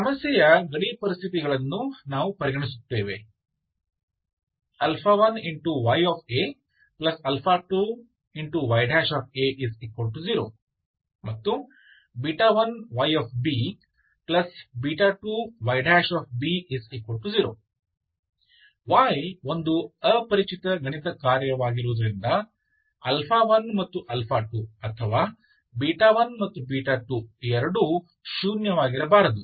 ಈ ಸಮಸ್ಯೆಯ ಗಡಿ ಪರಿಸ್ಥಿತಿಗಳನ್ನು ನಾವು ಪರಿಗಣಿಸುತ್ತೇವೆ 1y a 2y a0 ಮತ್ತು 1y b 2y b0 Y ಒಂದು ಅಪರಿಚಿತ ಗಣಿತಕಾರ್ಯವಾಗಿರುವುದರಿಂದ 1 ಮತ್ತು 2 ಅಥವಾ 1 ಮತ್ತು 2 ಎರಡೂ ಶೂನ್ಯವಾಗಿರಬಾರದು